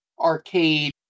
arcade